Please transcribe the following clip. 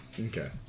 Okay